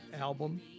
Album